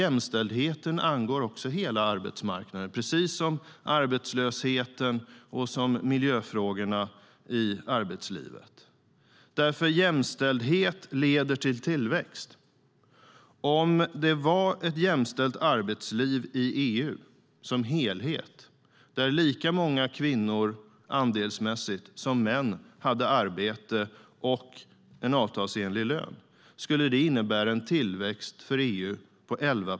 Jämställdheten angår också hela arbetsmarknaden precis som arbetslösheten och miljöfrågorna i arbetslivet. Jämställdhet leder till tillväxt.